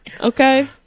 Okay